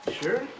Sure